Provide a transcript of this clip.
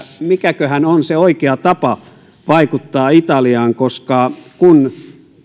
mikäköhän on se oikea tapa vaikuttaa italiaan kun